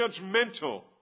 judgmental